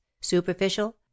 superficial